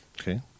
Okay